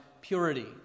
purity